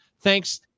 thanks